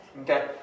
Okay